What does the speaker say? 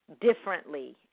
differently